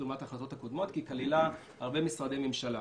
לעומת ההחלטות הקודמות כי היא כללה הרבה משרדי ממשלה.